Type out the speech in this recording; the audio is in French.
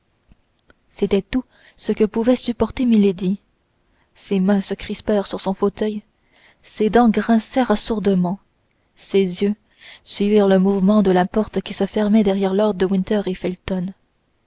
c'était tout ce que pouvait supporter milady ses mains se crispèrent sur son fauteuil ses dents grincèrent sourdement ses yeux suivirent le mouvement de la porte qui se fermait derrière lord de winter et felton